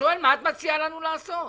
מה את מציע לנו לעשות?